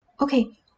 Okay